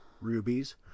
rubies